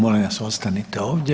Molim vas ostanite ovdje.